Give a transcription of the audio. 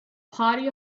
party